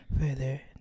further